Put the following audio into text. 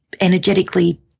energetically